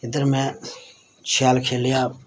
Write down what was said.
इद्धर में शैल खेलेआ